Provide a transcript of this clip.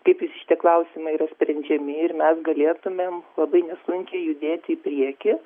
kaip visi šitie klausimai yra sprendžiami ir mes galėtumėm labai nesunkiai judėti į priekį